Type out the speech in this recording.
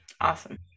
Awesome